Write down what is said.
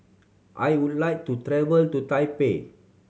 I would like to travel to Taipei